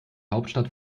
hauptstadt